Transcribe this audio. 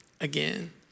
again